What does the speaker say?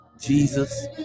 Jesus